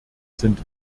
sind